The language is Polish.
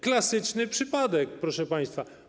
Klasyczny przypadek, proszę państwa.